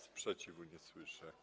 Sprzeciwu nie słyszę.